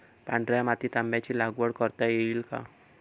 पांढऱ्या मातीत आंब्याची लागवड करता येईल का?